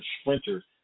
sprinter